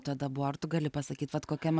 tada buvo ar tu gali pasakyt vat kokiame